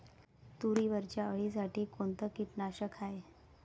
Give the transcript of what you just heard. तुरीवरच्या अळीसाठी कोनतं कीटकनाशक हाये?